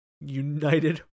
united